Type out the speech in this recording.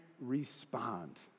respond